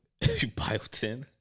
Biotin